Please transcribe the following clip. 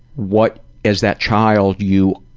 what, as that child, you